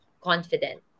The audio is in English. confident